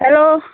hello